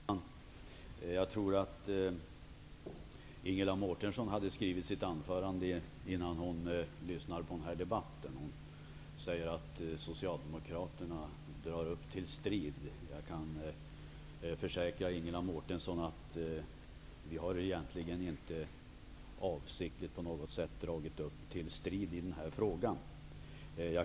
Herr talman! Jag tror att Ingela Mårtensson hade skrivit sitt anförande innan hon lyssnade på den här debatten. Hon sade att Socialdemokraterna blåser till strid. Jag kan försäkra Ingela Mårtensson om att vi inte på något sätt avsiktligt har blåst till strid i den här frågan.